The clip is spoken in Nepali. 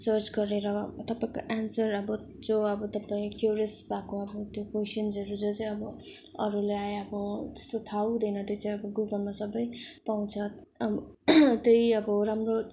सर्च गरेर तपाईँको एन्सर अब जो अब तपाईँ क्युरेस भएको अब कोइसन्सहरू जो चाहिँ अब अरूलाई अब त्यस्तो थाहा हुँदैन त्यो चाहिँ अब गुगलमा सबै पाउँछ अब त्यही अब राम्रो